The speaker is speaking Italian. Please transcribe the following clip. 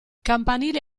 campanile